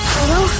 Hello